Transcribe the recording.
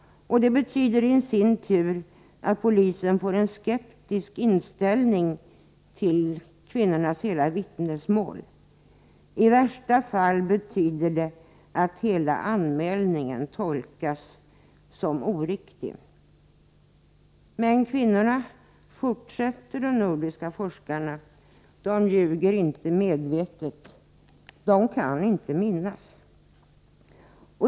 Detta betyder i sin tur att polismännen får en skeptisk inställning till kvinnornas hela vittnesmål. I värsta fall betyder det att hela anmälningen tolkas som oriktig. Men kvinnorna, fortsätter de nordiska forskarna, ljuger inte medvetet —de kan inte minnas.